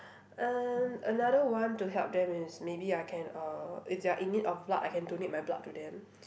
and another one to help them is maybe I can uh if they are in need of blood I can donate my blood to them